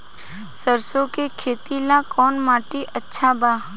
सरसों के खेती ला कवन माटी अच्छा बा?